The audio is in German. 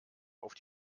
auf